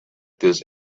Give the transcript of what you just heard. this